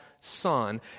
son